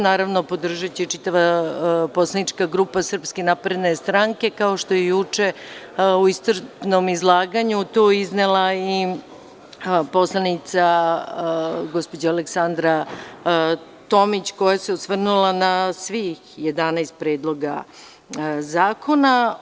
Naravno, podržaće i čitava poslanička grupa SNS, kao što je juče u iscrpnom izlaganju to iznela i poslanica, gospođa Aleksandra Tomić, koja se osvrnula na svih 11 predloga zakona.